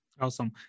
Awesome